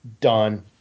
done